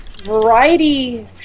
Variety